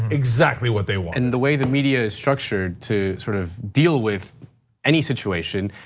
exactly what they want. and the way the media is structured to sort of deal with any situation,